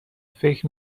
فکر